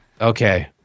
okay